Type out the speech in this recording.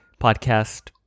podcast